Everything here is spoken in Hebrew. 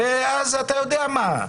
ואז אתה יודע מה.